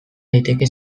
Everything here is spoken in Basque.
daiteke